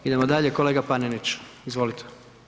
Idemo dalje, kolega Panenić, izvolite.